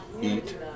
eat